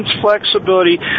flexibility